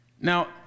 Now